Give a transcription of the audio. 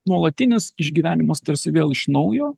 nuolatinis išgyvenimas tarsi vėl iš naujo